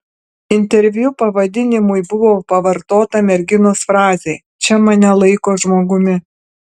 interviu pavadinimui buvo pavartota merginos frazė čia mane laiko žmogumi